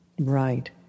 Right